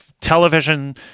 television